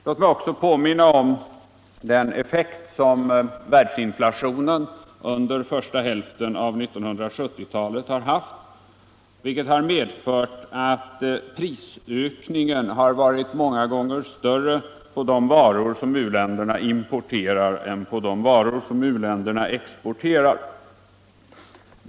Låt mig också påminna om den effekt som världsinflationen under första hälften av 1970-talet haft. Den har medfört att prisökningen varit många gånger större på de varor som u-länderna importerar än på de varor som u-länderna exporterar.